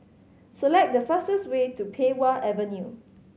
select the fastest way to Pei Wah Avenue